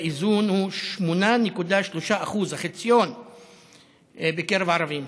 הוא 8.3% החציון בקרב הערבים,